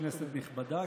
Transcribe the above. כנסת נכבדה,